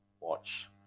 watch